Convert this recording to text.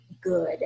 good